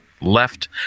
left